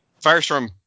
Firestorm